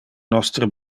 nostre